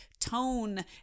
tone